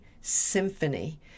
symphony